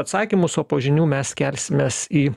atsakymus o po žinių mes kelsimės į